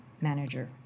manager